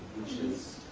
which is